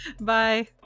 Bye